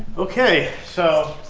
okay, so,